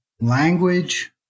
language